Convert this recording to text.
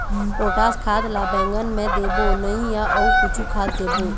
Potash खाद ला बैंगन मे देबो नई या अऊ कुछू खाद देबो?